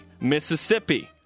Mississippi